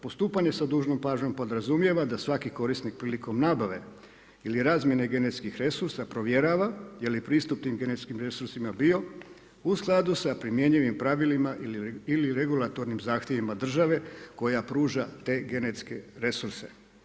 Postupanje sa dužnom pažnjom podrazumijeva da svaki korisnik prilikom nabave ili razmjene genetskih resursa provjerava jeli pristup tim genetskim resursima bio u skladu sa primjenjivim pravilima ili regulatornim zahtjevima države koja pruža te genetske resurse.